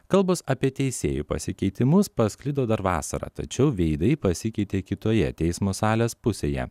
kalbos apie teisėjų pasikeitimus pasklido dar vasarą tačiau veidai pasikeitė kitoje teismo salės pusėje